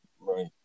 Right